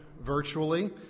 virtually